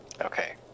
okay